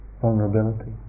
vulnerability